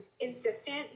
insistent